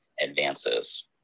advances